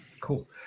Cool